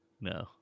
no